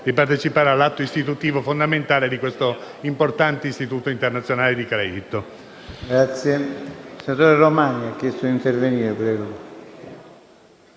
di partecipare all'atto istitutivo fondamentale di questo importante istituto internazionale di credito. [ROMANI